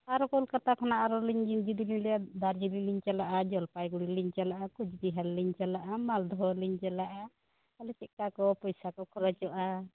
ᱟᱨᱚ ᱠᱚᱞᱠᱟᱛᱟ ᱠᱷᱚᱱᱟᱜ ᱟᱨᱚ ᱡᱩᱫᱤ ᱞᱤᱧ ᱞᱟ ᱭᱟ ᱫᱟᱨᱡᱤᱞᱤᱝ ᱞᱤᱧ ᱪᱟᱞᱟᱜ ᱟ ᱡᱚᱞᱯᱟᱭᱜᱩᱲᱤ ᱞᱤᱧ ᱪᱟᱞᱟᱜ ᱟ ᱠᱳᱪᱵᱤᱦᱟᱨ ᱞᱤᱧ ᱪᱟᱞᱟᱜ ᱟ ᱢᱟᱞᱫᱚᱦᱚ ᱞᱤᱧ ᱪᱟᱞᱟᱜ ᱟ ᱛᱟᱦᱚᱞᱮ ᱪᱮᱫᱠᱟ ᱯᱚᱭᱥᱟ ᱠᱚ ᱠᱷᱚᱨᱚᱪᱚᱜ ᱟ